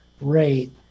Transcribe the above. rate